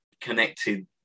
connected